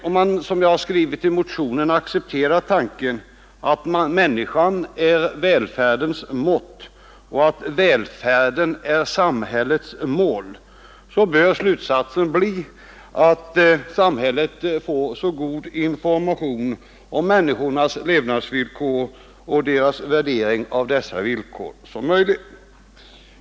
Om man — som vi har skrivit i motionen — accepterar tanken att människan är välfärdens mått och att välfärden är samhällets mål, bör slutsatsen bli att samhället måste få så god information om människornas levnadsvillkor och deras värdering av dessa villkor som möjligt.